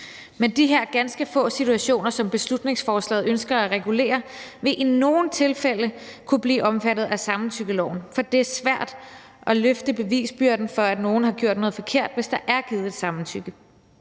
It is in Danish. Men de her ganske få situationer, som beslutningsforslaget ønsker at regulere, vil i nogle tilfælde kunne blive omfattet af samtykkeloven. For det er svært at løfte bevisbyrden for, at nogen har gjort noget forkert, hvis der er givet et samtykke.